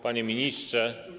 Panie Ministrze!